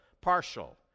partial